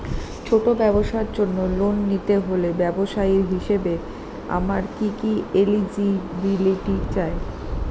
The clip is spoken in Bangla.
ছোট ব্যবসার জন্য লোন নিতে হলে ব্যবসায়ী হিসেবে আমার কি কি এলিজিবিলিটি চাই?